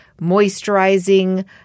moisturizing